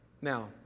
Now